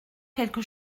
quelque